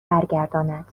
برگرداند